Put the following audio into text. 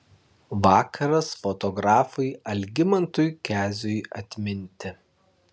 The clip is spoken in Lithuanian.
vakaras fotografui algimantui keziui atminti